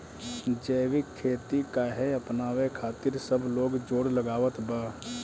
जैविक खेती काहे अपनावे खातिर सब लोग जोड़ लगावत बा?